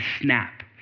snap